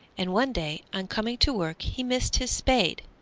and one day on coming to work he missed his spade.